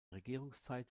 regierungszeit